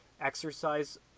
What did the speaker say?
exercise